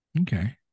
Okay